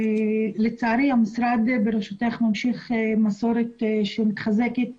לצערי המשרד בראשותך ממשיך מסורת שמתחזקת